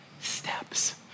steps